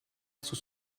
sous